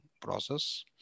process